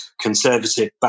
conservative